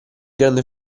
grande